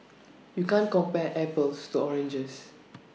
you can't compare apples to oranges